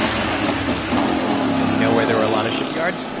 not have anything to do and you know where there were a lot of shipyards?